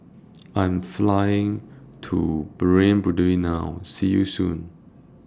I Am Flying to Burundi now See YOU Soon